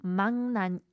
mangnan